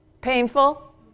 Painful